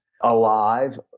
alive